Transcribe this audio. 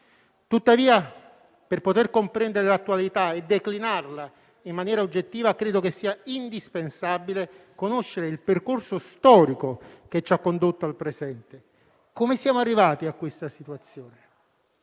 Tuttavia, per poter comprendere l'attualità e declinarla in maniera oggettiva, credo sia indispensabile conoscere il percorso storico che ci ha condotto al presente. Come siamo arrivati a questa situazione?